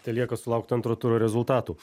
telieka sulaukt antro turo rezultatų